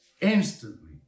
Instantly